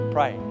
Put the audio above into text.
Pray